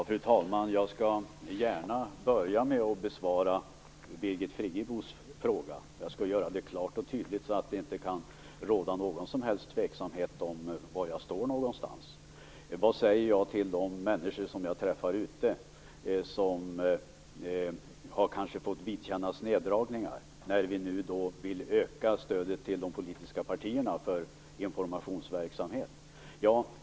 Fru talman! Jag skall gärna börja med att besvara Birgit Friggebos fråga, och jag skall göra det klart och tydligt så att det inte kan råda någon som helst tveksamhet om min uppfattning. Birgit Friggebo frågade vad jag säger till de människor som jag träffar, vilka kanske har fått vidkännas neddragningar när vi nu i dag vill öka stödet till de politiska partiernas informationsverksamhet.